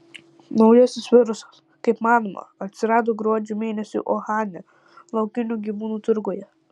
naujasis virusas kaip manoma atsirado gruodžio mėnesį uhane laukinių gyvūnų turguje